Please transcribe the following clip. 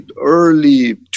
early